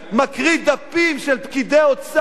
מקריא דפים של פקידי האוצר.